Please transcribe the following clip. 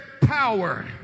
power